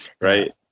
right